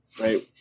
right